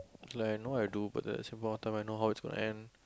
ya I know I do but that's important I know how it's going to end